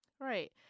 Right